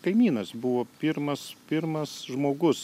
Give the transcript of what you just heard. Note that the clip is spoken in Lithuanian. kaimynas buvo pirmas pirmas žmogus